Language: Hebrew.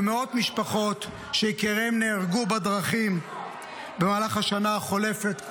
ומאות משפחות שיקיריהן נהרגו בדרכים במהלך השנה החולפת.